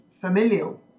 familial